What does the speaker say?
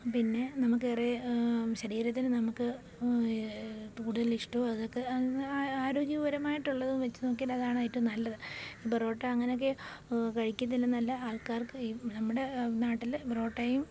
പിന്നെ നമുക്കേറെ ശരീരത്തിന് നമുക്ക് കൂടുതൽ ഇഷ്ടവും അതൊക്ക ആരോഗ്യപരമായിട്ടുള്ളതും വച്ച് നോക്കിയാൽ അതാണ് ഏറ്റവും നല്ലത് ഈ പറോട്ട അങ്ങനെയൊക്കെ കഴിക്കത്തില്ലെന്നല്ല ആൾക്കാർക്ക് നമ്മുടെ നാട്ടില് പറോട്ടയും